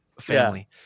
family